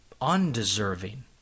undeserving